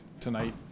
tonight